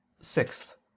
Sixth